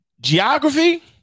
geography